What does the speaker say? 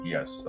Yes